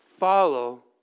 Follow